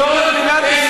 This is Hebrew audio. אבל היא לא מדינת ישראל.